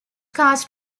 cast